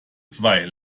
zwei